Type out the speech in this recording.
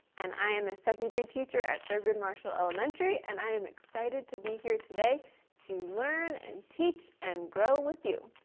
and i am a second grade teacher at thurgood marshall elementary and i am excited to be here today to learn and teach and grow with you.